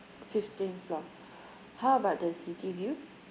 fifteen floor how about the city view